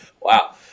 wow